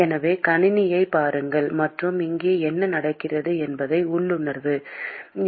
எனவே கணினியைப் பாருங்கள் மற்றும் இங்கே என்ன நடக்கிறது என்பதை உணர்த்தும்